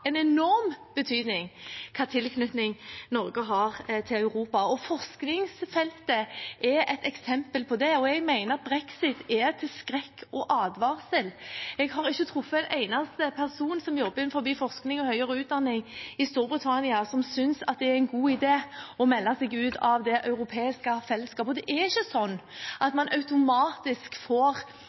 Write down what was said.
en enorm betydning hva slags tilknytning Norge har til Europa. Forskningsfeltet er et eksempel på det, og jeg mener at brexit er til skrekk og advarsel. Jeg har ikke truffet en eneste person som jobber innenfor forskning og høyere utdanning i Storbritannia, som synes det er en god idé å melde seg ut av det europeiske fellesskapet. Det er ikke sånn at man automatisk får